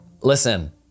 Listen